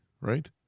right